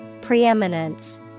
Preeminence